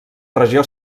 regió